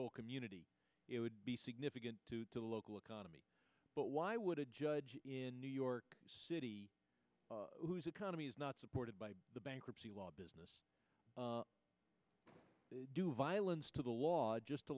whole community it would be significant to the local economy but why would a judge in new york city whose economy is not supported by the bankruptcy law business do violence to the law just to